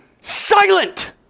silent